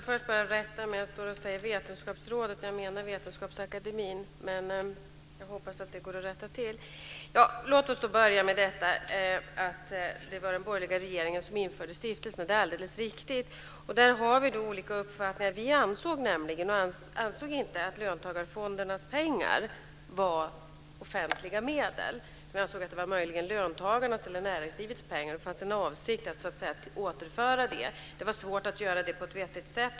Fru talman! Låt oss börja med påpekandet att det var den borgerliga regeringen som införde stiftelserna. Det är alldeles riktigt. I denna fråga har vi olika uppfattningar. Vi ansåg inte att löntagarfondernas pengar var offentliga medel. Vi ansåg att det möjligen var löntagarnas eller näringslivets pengar. Och det fanns en avsikt att återföra dem. Det var svårt att göra det på ett vettigt sätt.